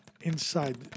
inside